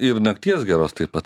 ir nakties geros taip pat